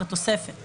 (תיקון מס' 4),